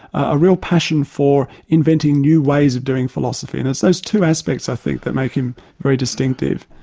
a real passion for inventing new ways of doing philosophy, and it's those two aspects i think that make him very distinctive.